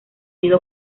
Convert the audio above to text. ido